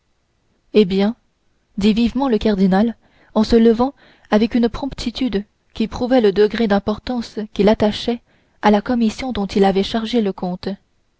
eh bien dit vivement le cardinal en se levant avec une promptitude qui prouvait le degré d'importance qu'il attachait à la commission dont il avait chargé le comte